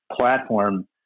platform